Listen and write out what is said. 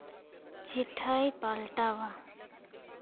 ᱪᱮᱸᱴᱷᱟᱭ ᱯᱟᱞᱴᱟᱣᱟ